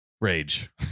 Rage